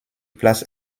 place